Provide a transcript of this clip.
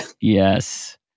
Yes